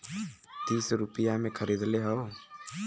तीस रुपइया मे खरीदले हौ